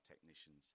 technicians